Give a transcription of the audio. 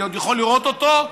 אני עוד יכול לראות אותו,